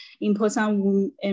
important